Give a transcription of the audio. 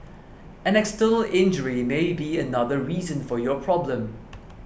an external injury may be another reason for your problem